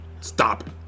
Stop